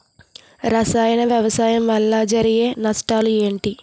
రసాయన వ్యవసాయం వల్ల జరిగే నష్టాలు ఏంటి?